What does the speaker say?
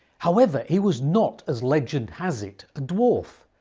however, he was not, as legend has it, a dwarf,